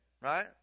right